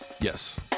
yes